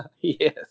Yes